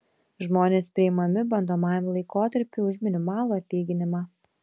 žmonės priimami bandomajam laikotarpiui už minimalų atlyginimą